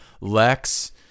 Lex